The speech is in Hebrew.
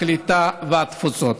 הקליטה והתפוצות.